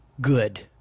good